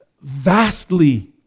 vastly